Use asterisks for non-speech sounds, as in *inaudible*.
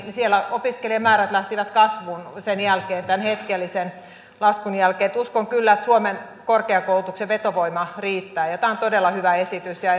opiskelijamäärät lähtivät kasvuun sen jälkeen tämän hetkellisen laskun jälkeen uskon kyllä että suomen korkeakoulutuksen vetovoima riittää tämä on todella hyvä esitys ja *unintelligible*